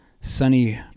sunny